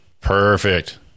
Perfect